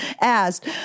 asked